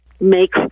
make